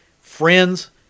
Friends